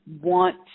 want